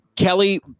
Kelly